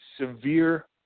severe